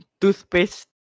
toothpaste